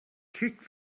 kick